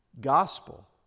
Gospel